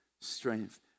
strength